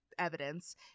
Evidence